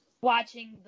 watching